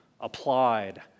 applied